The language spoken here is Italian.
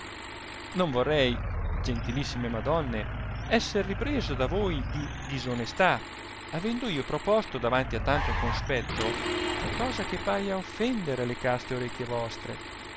non vorrei gentilissime madonne esser ripreso da voi di disonestà avendo io proposto davanti a tanto conspetto cosa che paia offendere le caste orecchie vostre